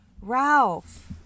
Ralph